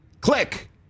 Click